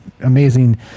amazing